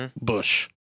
Bush